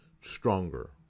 stronger